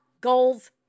goals